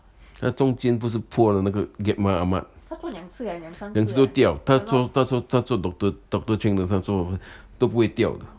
他中间不是破了那个 gap mah ahmed 两次都掉他说他说他做 doctor doctor cheng 的他做都不会掉的